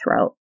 throat